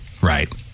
Right